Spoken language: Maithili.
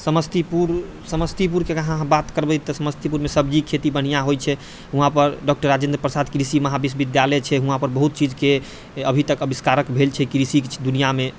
समस्तीपुर समस्तीपुरके अगर अहाँ बात करबै तऽ समस्तीपुरमे सब्जीके खेती बन्हियाँ होइ छै उहाँपर डॉक्टर राजेन्द्र प्रसाद कृषि महाविश्वविद्यालय छै उहाँपर बहुत चीजके अभी तक आविष्कारक भेल छै कृषिके दुनिआमे